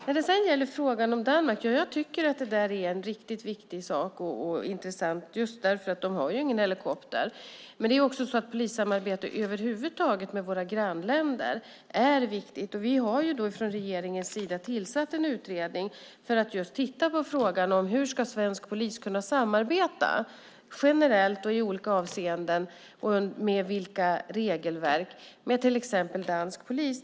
När det gäller Danmark tycker jag att det är en riktigt viktig och intressant fråga. De har ju ingen helikopter, och polissamarbete med våra grannländer är viktigt över lag. Vi har från regeringens sida tillsatt en utredning för att just titta på frågan hur svensk polis ska kunna samarbeta generellt i olika avseenden och efter vilka regelverk till exempel med dansk polis.